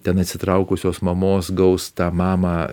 ten atsitraukusios mamos gaus tą mamą